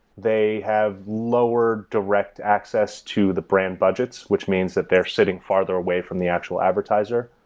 they have lowered direct access to the brand budgets, which means that they're sitting father away from the actual advertiser.